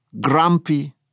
grumpy